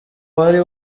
wari